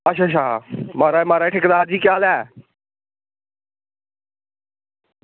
अच्छा अच्छा म्हाराज म्हाराज ठेकेदार जी केह् हाल ऐ